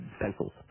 Pencils